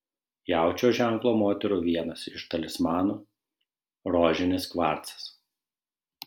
jaučio ženklo moterų vienas iš talismanų rožinis kvarcas